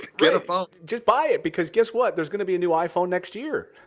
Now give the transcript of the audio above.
get a phone. just buy it! because guess what? there's going to be a new iphone next year.